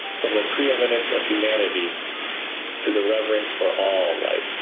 from the pre-eminence of humanity to the reverence for all life.